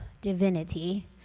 divinity